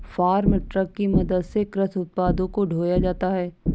farm truck की मदद से कृषि उत्पादों को ढोया जाता है